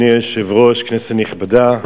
אדוני היושב-ראש, כנסת נכבדה,